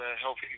healthy